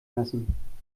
lassen